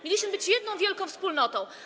Mieliśmy być jedną wielką wspólnotą.